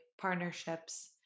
partnerships